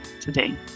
today